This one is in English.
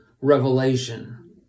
Revelation